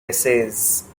essays